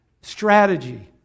strategy